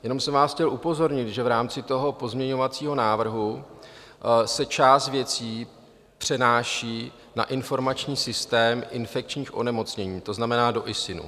Jenom jsem vás chtěl upozornit, že v rámci toho pozměňovacího návrhu se část věcí přenáší na informační systém infekčních onemocnění, to znamená do ISIN.